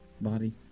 body